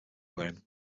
wearing